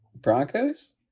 Broncos